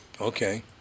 Okay